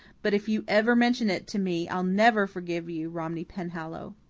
but if you ever mention it to me i'll never forgive you, romney penhallow!